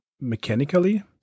mechanically